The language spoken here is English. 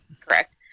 correct